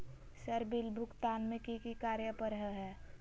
Sir bill भुगतान में की की कार्य पर हहै?